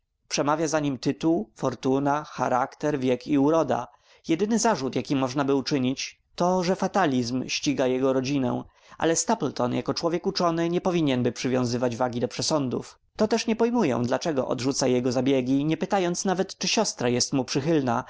przemawia za nim tytuł fortuna charakter wiek i uroda jedyny zarzut jaki możnaby mu czynić to że fatalizm ściga jego rodzinę ale stapleton jako człowiek uczony nie powinienby przywiązywać wagi do przesądów to też nie pojmuję dlaczego odrzuca jego zabiegi nie pytając nawet czy siostra jest mu przychylna